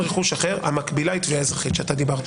עם החזקה הראייתית כדי להקל עליכם אבל שהסיבה